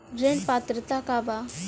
ऋण पात्रता का बा?